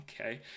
okay